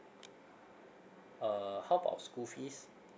uh how about school fees